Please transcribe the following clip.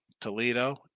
Toledo